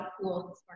cool